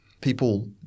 people